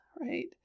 right